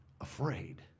afraid